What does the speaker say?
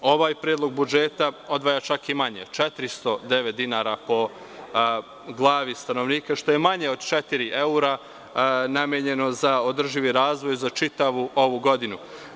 Ovaj predlog budžeta odvaja čak i manje, 409 dinara po glavni stanovnika, što je manje od četiri evra namenjeno za održivi razvoj za čitavu ovu godinu.